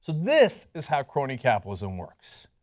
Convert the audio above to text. this is how crony capitalism works.